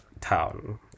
town